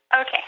Okay